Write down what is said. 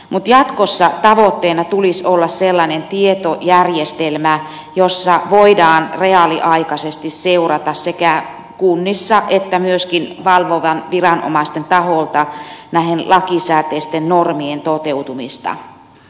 mutta jatkossa tavoitteena tulisi olla sellainen tietojärjestelmä jossa voidaan reaaliaikaisesti seurata sekä kunnissa että myöskin valvovan viranomaisen taholta näiden lakisääteisten normien toteutumista